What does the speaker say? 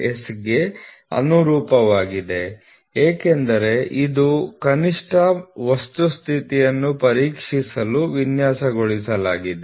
S ಗೆ ಅನುರೂಪವಾಗಿದೆ ಏಕೆಂದರೆ ಇದು ಕನಿಷ್ಟ ವಸ್ತು ಸ್ಥಿತಿಯನ್ನು ಪರೀಕ್ಷಿಸಲು ವಿನ್ಯಾಸಗೊಳಿಸಲಾಗಿದೆ